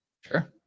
Sure